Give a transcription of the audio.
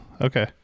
okay